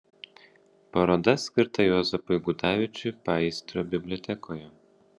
paroda skirta juozapui gudavičiui paįstrio bibliotekoje